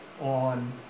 on